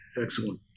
Excellent